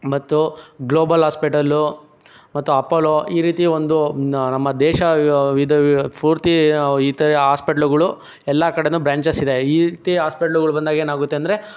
ಮತ್ತು global hospital ಮತ್ತು Apollo ಈ ರೀತಿ ಒಂದು ನಮ್ಮ ದೇಶ ವಿಧ ಪೂರ್ತಿ ಈ ಥರ ಆಸ್ಪಿಟ್ಲ್ಗಳು ಎಲ್ಲ ಕಡೆಯೂ ಬ್ರ್ಯಾಂಚಸ್ ಇದೆ ಈ ರೀತಿ ಆಸ್ಪಿಟ್ಲ್ಗಳು ಬಂದಾಗ ಏನಾಗುತ್ತೆ ಅಂದರೆ